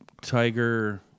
Tiger